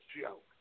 joke